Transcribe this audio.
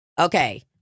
Okay